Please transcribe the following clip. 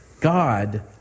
God